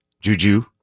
Juju